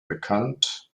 bekannt